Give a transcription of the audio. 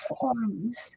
forms